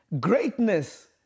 greatness